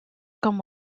comme